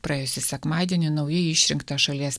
praėjusį sekmadienį naujai išrinktas šalies